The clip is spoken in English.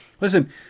listen